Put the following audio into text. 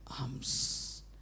arms